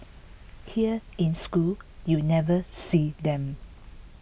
here in school you never see them